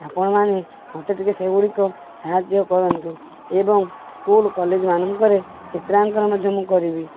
ଆପଣମାନେ ମୋତେ ଟିକେ ସେଗୁଡ଼ିକ ସାହାଯ୍ୟ କରନ୍ତୁ ଏବଂ ସ୍କୁଲ କଲେଜ ମାନଙ୍କରେ ଚିତ୍ରାଙ୍କନ ମଧ୍ୟ ମୁଁ କରିବି